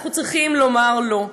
אנחנו צריכים לומר לא,